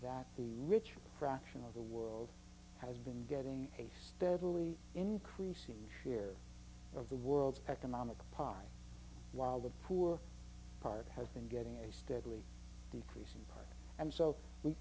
that the richer fraction of the world has been getting a steadily increasing here of the world's economic pie while the poor part has been getting a steadily decreasing and so we